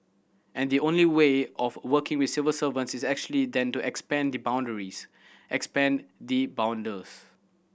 and the only way of working with civil servants is actually then to expand the boundaries expand the borders